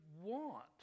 want